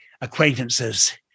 acquaintances